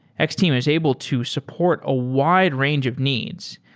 x-team is able to support a wide range of needs.